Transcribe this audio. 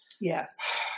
Yes